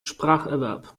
spracherwerb